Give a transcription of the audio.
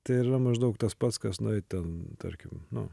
tai yra maždaug tas pats kas nueit ten tarkim nu